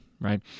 Right